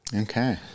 Okay